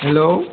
hello